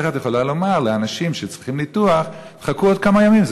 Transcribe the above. איך את יכולה לומר לאנשים שצריכים ניתוח: חכו עוד כמה ימים,